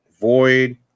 void